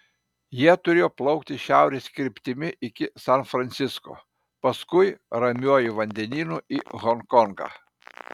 jie turėjo plaukti šiaurės kryptimi iki san francisko paskui ramiuoju vandenynu į honkongą